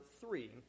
three